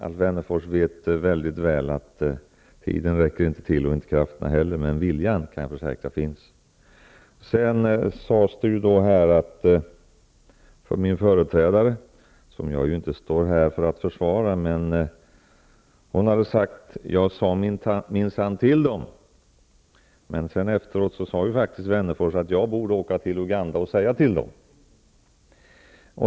Alf Wennerfors vet mycket väl att tiden inte räcker till -- och inte krafterna heller. Men jag kan försäkra att viljan finns. Vidare har här sagts att min företrädare -- som jag inte står här för att försvara -- har sagt att hon sade minsann till dem. Men sedan sade Alf Wennerfors att jag borde åka till Uganda och säga till dem.